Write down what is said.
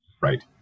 right